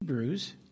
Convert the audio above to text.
Hebrews